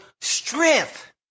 strength